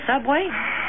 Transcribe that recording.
subway